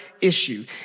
issue